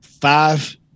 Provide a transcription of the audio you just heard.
Five